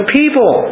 people